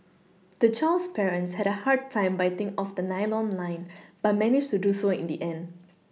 the child's parents had a hard time biting off the nylon line but managed to do so in the end